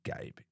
Gabe